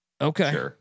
Okay